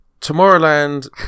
Tomorrowland